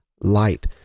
light